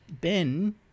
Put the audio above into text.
Ben